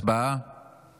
הצבענו